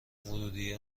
ورودیه